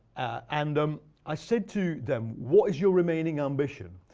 and um i said to them, what is your remaining ambition?